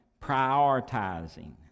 prioritizing